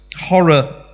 horror